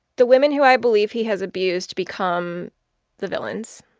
the women who i believe he has abused become the villains.